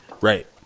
Right